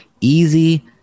easy